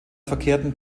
verkehrten